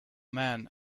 man